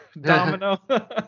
Domino